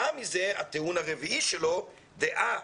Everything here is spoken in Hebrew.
הטיעון הרביעי שלו כתוצאה מזה, דעה